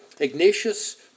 Ignatius